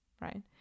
right